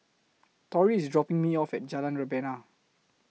Torrey IS dropping Me off At Jalan Rebana